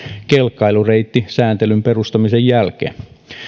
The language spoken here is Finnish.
kelkkailureittisääntelyn perustamisen jälkeen